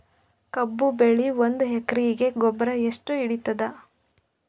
ಕಬ್ಬು ಬೆಳಿ ಒಂದ್ ಎಕರಿಗಿ ಗೊಬ್ಬರ ಎಷ್ಟು ಹಿಡೀತದ?